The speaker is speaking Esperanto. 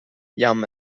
jam